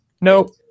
Nope